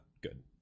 good